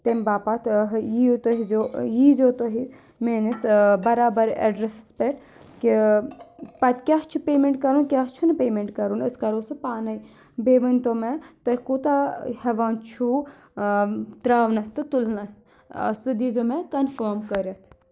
تمہِ باپَتھ ییٚو تُہۍ زیٚو یی زیو تُہۍ میٲنِس برابر ایٚڈرَس پؠٹھ کہِ پَتہٕ کیاہ چھُ پیمؠنٛٹ کَرُن کیٛاہ چھُ نہٕ پیمؠنٛٹ کَرُن أسۍ کَرو سُہ پانے بیٚیہِ ؤنۍ تو مےٚ تُہۍ کوٗتاہ ہیٚوان چھُو ترٛاونَس تہٕ تُلنَس سُہ دی زیو مےٚ کَنفٲم کٔرِتھ